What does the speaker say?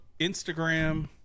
Instagram